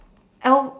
Elle